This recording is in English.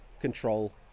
control